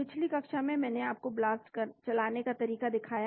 पिछली कक्षा में मैंने आपको ब्लास्ट चलाने का तरीका दिखाया